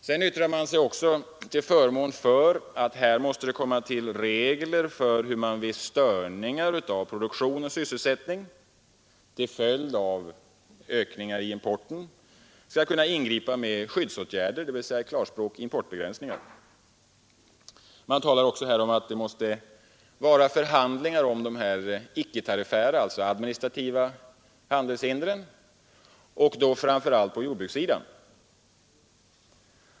Vidare yttrar man sig till förmån för att man måste komma fram till regler för hur man vid störningar vid produktion och sysselsättning till följd av ökningar i importen kan ingripa med skyddsåtgärder, dvs. i klarspråk importbegränsningar. Man talar också här om att man måste föra förhandlingar om de icke-tariffära, alltså de administrativa, handelshindren och då framför allt på jordbrukssidan.